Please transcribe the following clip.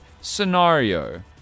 scenario